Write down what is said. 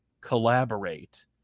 collaborate